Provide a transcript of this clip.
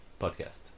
Podcast